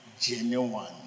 genuine